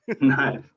nice